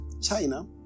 China